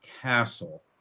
Castle